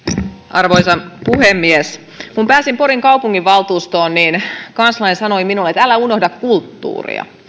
arvoisa puhemies kun pääsin porin kaupunginvaltuustoon niin kansalainen sanoi minulle että älä unohda kulttuuria